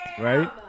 Right